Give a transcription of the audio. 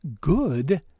good